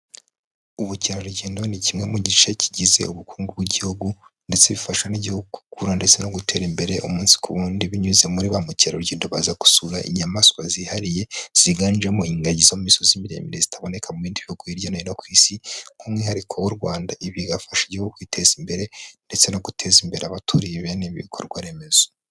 Ubukerarugendo ni kimwe mu gice kigize ubukungu bw'igihugu ndetse bifasha n'igihu gukurara ndetse no gutera imbere umunsi ku wundi binyuze muri ba mukerarugendo baza gusura inyamaswa zihariye ziganjemo ingagi z'imisozi miremire zitaboneka mu bindi bihugu hirya no hino ku Isi, nk'umwihariko w'u Rwanda bigafasha igihugu kwiteza imbere ndetse no guteza imbere abaturiye bene ibi bikorwa remezo.